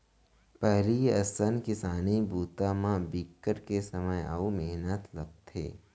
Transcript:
पहिली असन किसानी बूता म बिकट के समे अउ मेहनत लगथे